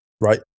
right